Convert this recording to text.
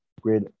great